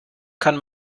kann